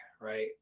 right